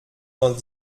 vingt